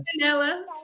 Vanilla